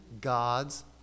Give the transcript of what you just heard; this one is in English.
God's